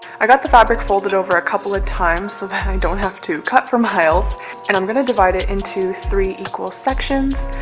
i got the fabric folded over a couple of times so that i don't have to cut for miles and i'm gonna divide it into three equal sections.